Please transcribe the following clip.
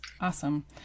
Awesome